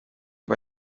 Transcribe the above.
mba